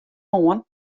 moarn